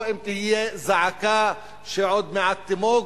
או אם תהיה זעקה שעוד מעט תימוג,